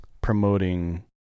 promoting